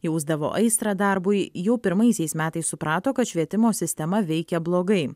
jausdavo aistrą darbui jau pirmaisiais metais suprato kad švietimo sistema veikia blogai